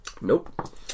Nope